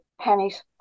pennies